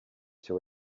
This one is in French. sur